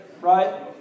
right